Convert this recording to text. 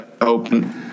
open